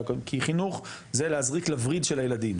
כי חינוך זה להזריק לווריד של הילדים,